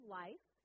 life